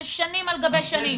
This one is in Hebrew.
זה שנים על גבי שנים.